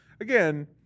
again